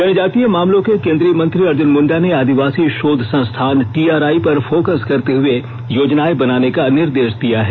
जनजातीय मामले के केन्द्रीय मंत्री अर्जुन मुंडा ने आदिवासी शोध संस्थान टीआरआई पर फोकस करते हुए योजनाएं बनाने का निर्देश दिया है